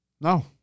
No